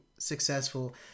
successful